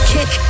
Kick